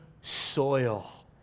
soil